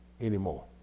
anymore